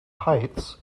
heights